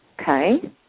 Okay